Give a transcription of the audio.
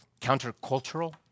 Countercultural